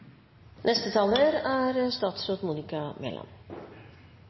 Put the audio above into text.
Neste taler er